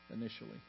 initially